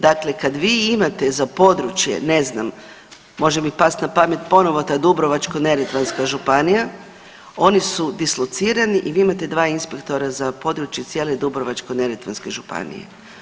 Dakle kad vi imate za područje, ne znam, može mi past na pamet ponovo ta Dubrovačko-neretvanska županija, oni su dislocirani i vi imate 2 inspektora za područje cijele Dubrovačko-neretvanske županije.